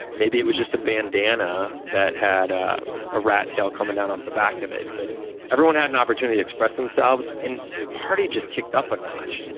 maybe it was just a bandana that had a rat tail coming down off the back of it. but everyone had an opportunity to express themselves and the party just kicked up a notch.